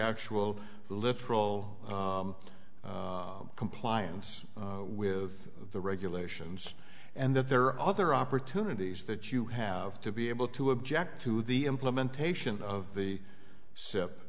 actual literal compliance with the regulations and that there are other opportunities that you have to be able to object to the implementation of the sip